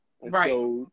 right